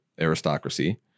aristocracy